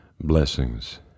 blessings